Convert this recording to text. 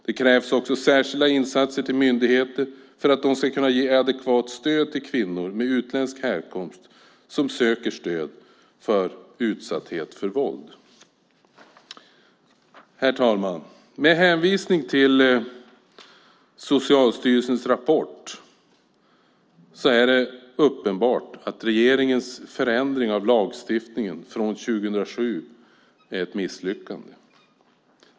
Det krävs särskilda insatser till myndigheter för att de ska kunna ge adekvat stöd till kvinnor med utländsk härkomst som söker stöd för utsatthet för våld. Herr talman! Med hänvisning till Socialstyrelsens rapport är det uppenbart att regeringens förändring av lagstiftningen från 2007 är ett misslyckande.